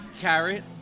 carrot